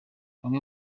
bamwe